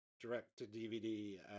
direct-to-DVD